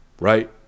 Right